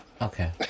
Okay